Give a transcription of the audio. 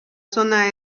zona